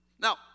Now